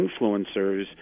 influencers